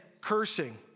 cursing